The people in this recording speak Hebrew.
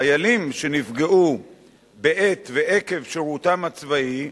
חיילים שנפגעו בעת, ועקב, שירותם הצבאי,